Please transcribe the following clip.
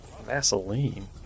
Vaseline